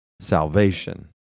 salvation